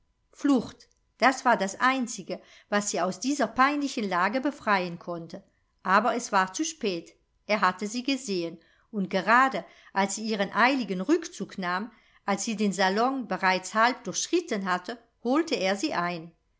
das war das einzige was sie aus dieser peinlichen lage befreien konnte aber es war zu spät er hatte sie gesehen und gerade als sie ihren eiligen rückzug nahm als sie den salon bereits halb durchschritten hatte holte er sie ein